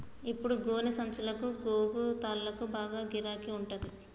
ఇప్పుడు గోనె సంచులకు, గోగు తాళ్లకు బాగా గిరాకి ఉంటంది